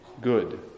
Good